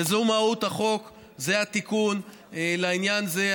וזו מהות החוק, זה התיקון לעניין זה.